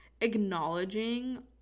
acknowledging